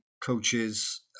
coaches